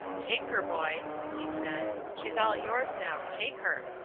take her, boy, he said. she's all yours now, take her.